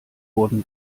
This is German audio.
wurden